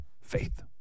Faith